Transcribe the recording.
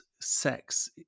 sex